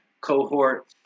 Cohort